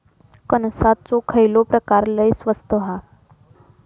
कणसाचो खयलो प्रकार लय स्वस्त हा?